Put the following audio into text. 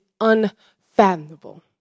unfathomable